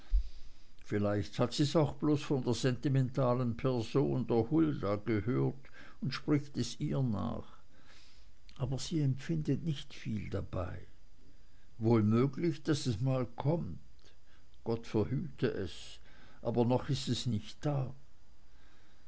vielleicht hat sie's auch bloß von der sentimentalen person der hulda gehört und spricht es ihr nach aber sie empfindet nicht viel dabei wohl möglich daß es alles mal kommt gott verhüte es aber noch ist es nicht da